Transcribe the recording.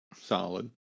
solid